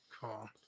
Cool